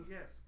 Yes